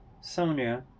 Sonia